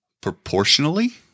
Proportionally